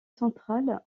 centrale